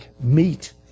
meat